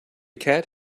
cat